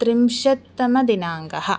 त्रिंशत्तमदिनाङ्कः